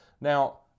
Now